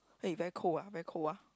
hey very cold ah very cold ah